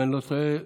אם אני לא טועה,